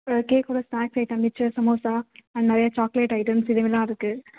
கேக்கோட snacks item மிச்சர் samosa and நிறையா chocolate items இதை மாரிலாம் இருக்கு